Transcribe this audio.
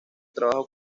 trabajo